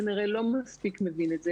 כנראה לא מספיק מבין את זה.